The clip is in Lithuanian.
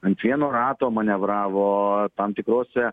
ant vieno rato manevravo tam tikrose